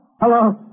Hello